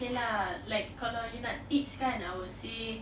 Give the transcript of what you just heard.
okay lah like kalau you nak tips kan I will say